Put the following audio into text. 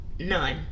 none